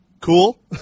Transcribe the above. cool